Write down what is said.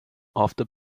after